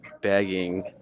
begging